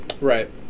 Right